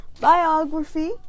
biography